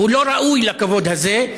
הוא לא ראוי לכבוד הזה.